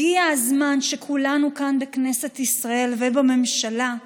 הגיע הזמן שכולנו כאן, בכנסת ישראל ובממשלה,